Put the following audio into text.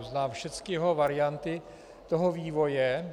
Znám všecky varianty jeho vývoje.